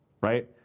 right